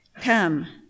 Come